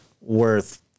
worth